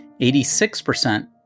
86%